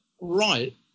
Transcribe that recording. right